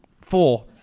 four